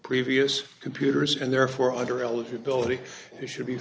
previous computers and therefore under eligibility should be